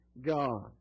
God